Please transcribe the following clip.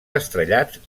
estrellats